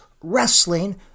wrestling